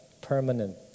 permanent